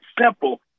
simple